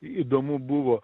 įdomu buvo